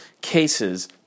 cases